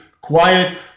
quiet